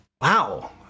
wow